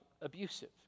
abusive